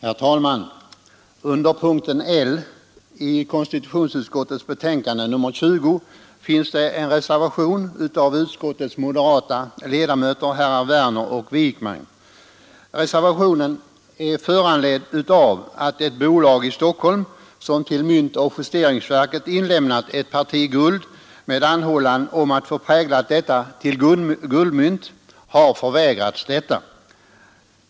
Herr talman! Under punkten L i konstitutionsutskottets betänkande nr 20 finns en reservation av utskottets moderata ledamöter, herrar Werner och Wijkman. Reservationen är föranledd av att ett bolag i Stockholm, som till myntoch justeringsverket inlämnat ett parti guld med anhållan om att få prägla detta till guldmynt, har förvägrats detta.